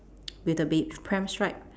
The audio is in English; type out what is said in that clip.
with the ba~ pram strap